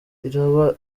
ikina